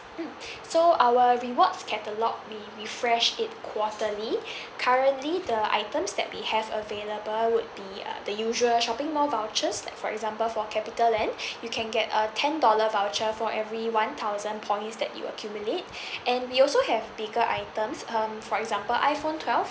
mm so our rewards catalogue we refresh it quarterly currently the items that we have available would the uh the usual shopping mall vouchers like for example for CapitaLand you can get a ten dollar voucher for every one thousand points that you accumulate and we also have bigger items um for example iPhone twelve